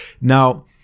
Now